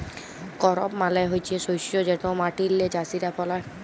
করপ মালে হছে শস্য যেট মাটিল্লে চাষীরা ফলায়